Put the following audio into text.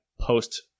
post